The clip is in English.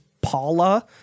Paula